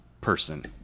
person